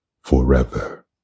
forever